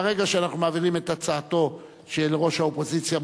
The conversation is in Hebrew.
ברגע שאנחנו מעבירים את הצעתו של ראש האופוזיציה,